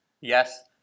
Yes